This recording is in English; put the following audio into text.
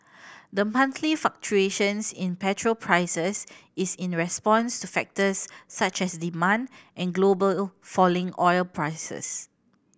the monthly fluctuations in petrol prices is in response to factors such as demand and global falling oil prices